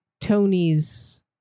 Tony's